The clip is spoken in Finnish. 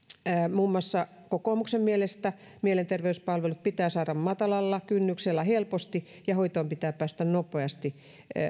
muun muassa kokoomuksen mielestä mielenterveyspalvelut pitää saada matalalla kynnyksellä helposti ja hoitoon pitää päästä nopeasti